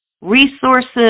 resources